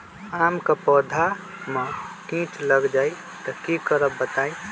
आम क पौधा म कीट लग जई त की करब बताई?